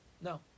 No